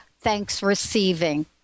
thanks-receiving